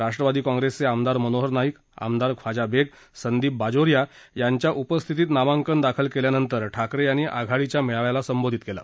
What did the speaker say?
राष्ट्रवादी काँप्रेसचे आमदार मनोहर नाईक आमदार ख्वाजा बेग संदीप बाजोरिया यांच्या उपस्थितीत नामांकन दाखल केल्यानंतर ठाकरे यांनी आघाडीच्या मेळाव्याला संबोधित केलं